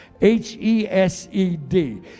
h-e-s-e-d